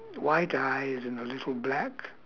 white eyes and a little black